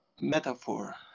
metaphor